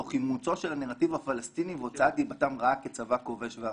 תוך אימוצו של הנרטיב הפלסטיני והוצאת דיבתם רעה כצבא כובש ואכזר.